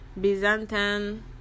Byzantine